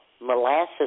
Molasses